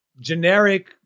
generic